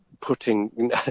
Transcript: putting